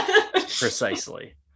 Precisely